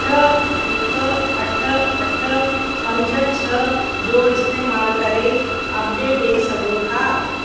छह हिकु अठ अठ पंज छह जो इस्तेमालु करे अपडेट ॾेई सघो था